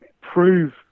prove